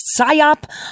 psyop